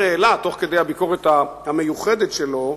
העלה תוך כדי הביקורת המיוחדת שלו,